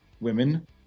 women